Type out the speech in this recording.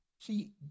see